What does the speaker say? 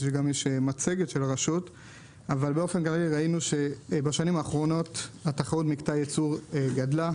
ראינו שבשנים האחרונות תחרות מקטע הייצור גדלה.